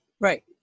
Right